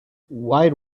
white